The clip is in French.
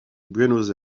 buenos